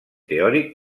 teòric